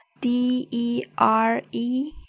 d e r e,